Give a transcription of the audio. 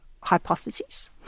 hypotheses